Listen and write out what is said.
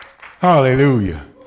Hallelujah